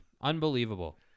Unbelievable